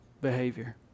behavior